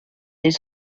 des